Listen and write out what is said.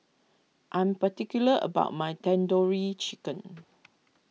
I am particular about my Tandoori Chicken